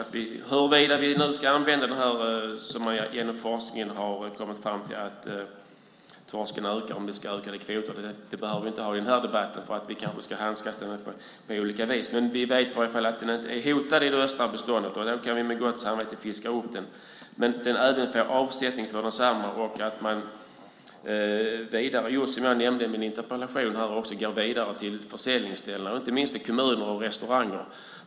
Det har man genom forskning kommit fram till. Huruvida vi ska använda denna ökande mängd som ökade kvoter behöver vi inte ta upp i den här debatten. Vi kanske ska handskas med detta på olika vis. Men vi vet i alla fall att torsken inte är hotad i det östra beståndet, och därför kan vi med gott samvete fiska upp den. Fiskarna måste alltså få avsättning för sin fisk. Som jag nämnde i min interpellation är det viktigt att man går vidare till försäljningsställen, inte minst till kommuner och restauranger.